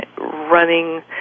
running